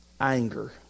Anger